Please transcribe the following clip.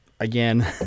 Again